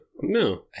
No